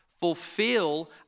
fulfill